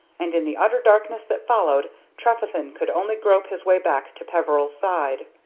and in the utter darkness that followed trefethen could only grope his way back to peveril's side.